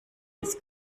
ins